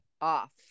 off